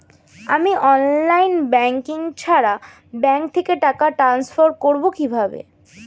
আমি online banking ছাড়া bank থেকে টাকা ট্রান্সফার করবো কিভাবে?